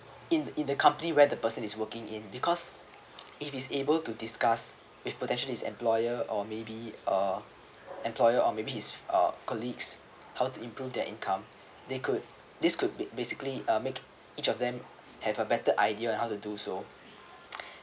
in in the company where the person is working in because if he's able to discuss with potentially is employer or maybe uh employer or maybe his colleagues how to improve their income they could this could be basically uh make each of them have a better idea on how to do so